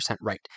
right